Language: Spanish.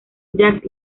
jack